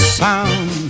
sound